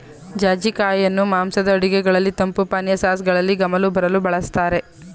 ಜಾಜಿ ಕಾಯಿಯನ್ನು ಮಾಂಸದ ಅಡುಗೆಗಳಲ್ಲಿ, ತಂಪು ಪಾನೀಯ, ಸಾಸ್ಗಳಲ್ಲಿ ಗಮಲು ಬರಲು ಬಳ್ಸತ್ತರೆ